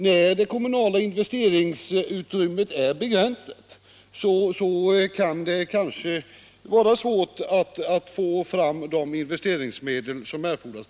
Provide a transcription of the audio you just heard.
När det kommunala investeringsutrymmet är begränsat kan det naturligtvis vara svårt att få fram de investeringsmedel som erfordras.